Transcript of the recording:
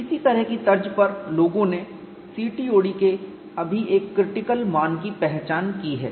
इसी तरह की तर्ज पर लोगों ने CTOD के अभी एक क्रिटिकल मान की पहचान की है